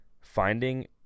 finding